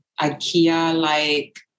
IKEA-like